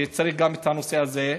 וצריך לטפל גם בנושא הזה.